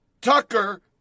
Tucker